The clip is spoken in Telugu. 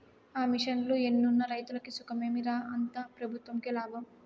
ఆ మిషన్లు ఎన్నున్న రైతులకి సుఖమేమి రా, అంతా పెబుత్వంకే లాభం